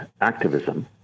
activism